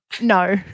No